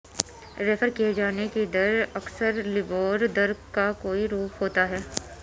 refer किये जाने की दर अक्सर लिबोर दर का कोई रूप होता है